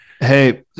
Hey